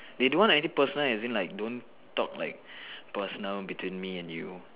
they don't want any personal as in like don't talk like personal between me and you